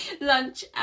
Lunch